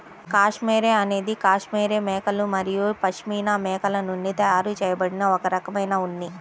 cashmere అనేది cashmere మేకలు మరియు పష్మినా మేకల నుండి తయారు చేయబడిన ఒక రకమైన ఉన్ని